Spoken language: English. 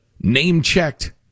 name-checked